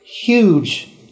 huge